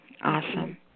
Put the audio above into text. Awesome